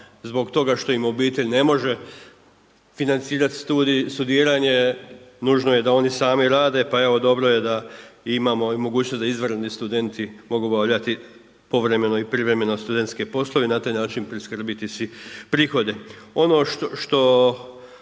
zbog toga što im obitelj ne može financirati studij, studiranje nužno je da oni sami rade. Pa evo dobro je da imamo i mogućnost da izvanredni studenti mogu obavljati povremeno i privremeno studentske poslove i na taj način priskrbiti si prihode. Ono što